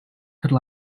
could